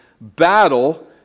battle